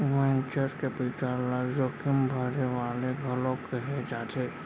venture capital ल जोखिम भरे वाले घलोक कहे जाथे